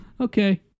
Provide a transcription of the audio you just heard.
okay